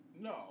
no